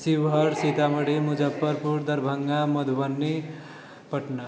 Sheohar Sitamarhi Muzaffarpur Darbhanga Madhubani Patna